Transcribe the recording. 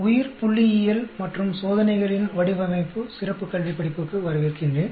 உயிர்புள்ளியியல் மற்றும் சோதனைகளின் வடிவமைப்பு சிறப்பு கல்விபடிப்புக்கு வரவேற்கின்றேன்